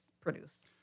produce